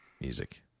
music